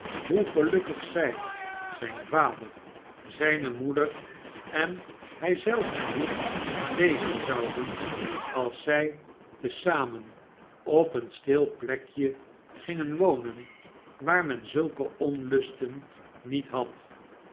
hoe gelukkig zij zijn vader zijne moeder hij zelf en hugh wezen zouden als zij te zamen op een stil plekje gingen wonen waar men zulke onlusten niet had